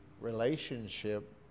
relationship